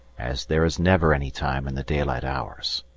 as there is never any time in the daylight hours.